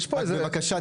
רק בבקשה,